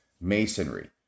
masonry